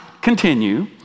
continue